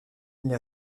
les